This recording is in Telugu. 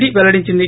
డి పెల్లడించింది